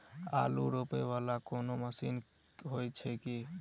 आलु रोपा वला कोनो मशीन हो छैय की?